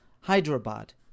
Hyderabad